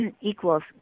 equals